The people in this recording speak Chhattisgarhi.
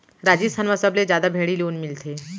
राजिस्थान म सबले जादा भेड़ी ले ऊन मिलथे